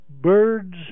birds